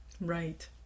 Right